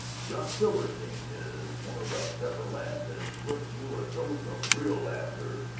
jock silbersteen is one of the pepper lads and slips you a dose of real laughter.